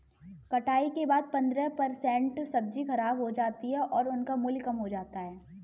कटाई के बाद पंद्रह परसेंट सब्जी खराब हो जाती है और उनका मूल्य कम हो जाता है